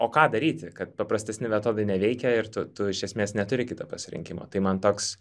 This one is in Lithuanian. o ką daryti kad paprastesni metodai neveikia ir tu tu iš esmės neturi kito pasirinkimo tai man toks